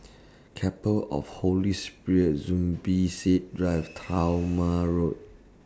Chapel of Holy Spirit Zubir Said Drive Talma Road